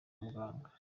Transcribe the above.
muganga